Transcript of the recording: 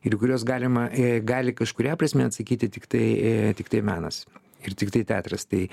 ir į kuriuos galima e gali kažkuria prasme atsakyti tiktai e tiktai menas ir tiktai teatras tai